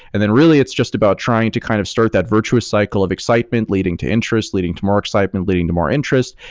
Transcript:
and really, it's just about trying to kind of start that virtuous cycle of excitement leading to interest, leading to more excitement, leading to more interest,